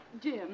Jim